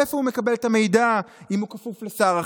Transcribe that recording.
מאיפה הוא מקבל את המידע אם הוא כפוף לשר אחר?